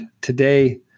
today